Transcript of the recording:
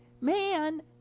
Man